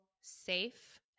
safe